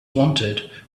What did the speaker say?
wanted